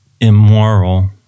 immoral